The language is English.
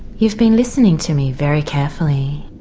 you've been listening to me very carefully,